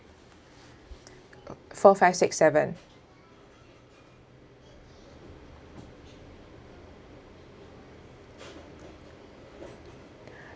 four five six seven